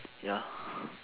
ya